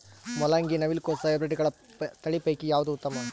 ಮೊಲಂಗಿ, ನವಿಲು ಕೊಸ ಹೈಬ್ರಿಡ್ಗಳ ತಳಿ ಪೈಕಿ ಯಾವದು ಉತ್ತಮ?